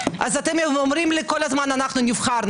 אתם אומרים כל הזמן: אנחנו נבחרנו.